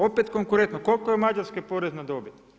Opet konkurentno, koliko je u Mađarskoj porez na dobit?